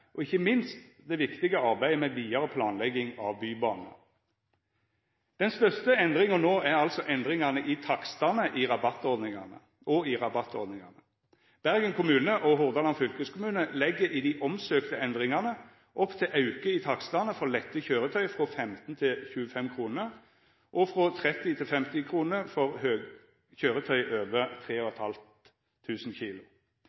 og ikkje minst det viktige arbeidet med vidare planlegging av Bybanen. Den største endringa no er altså endringane i takstane og i rabattordningane. Bergen kommune og Hordaland fylkeskommune legg i endringane det er søkt om, opp til auke i takstane for lette køyretøy frå l5 til 25 kr, og frå 30 til 50 kr for køyretøy over 3 500 kg.